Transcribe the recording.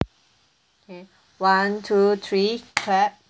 okay one two three clap